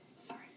Sorry